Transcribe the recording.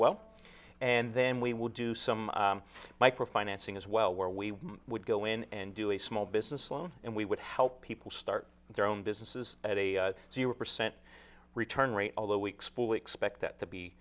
well and then we will do some micro financing as well where we would go in and do a small business loan and we would help people start their own businesses at a zero percent return rate although weeks pool expect that to be